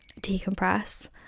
decompress